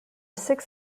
six